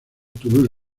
toulouse